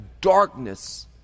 darkness